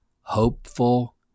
hopeful